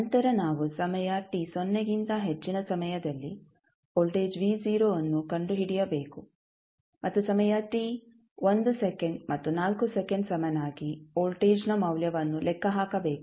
ನಂತರ ನಾವು ಸಮಯ t ಸೊನ್ನೆಗಿಂತ ಹೆಚ್ಚಿನ ಸಮಯದಲ್ಲಿ ವೋಲ್ಟೇಜ್ vಅನ್ನು ಕಂಡುಹಿಡಿಯಬೇಕು ಮತ್ತು ಸಮಯ t 1 ಸೆಕೆಂಡ್ ಮತ್ತು 4 ಸೆಕಂಡ್ ಸಮನಾಗಿ ವೋಲ್ಟೇಜ್ನ ಮೌಲ್ಯವನ್ನು ಲೆಕ್ಕಹಾಕಬೇಕು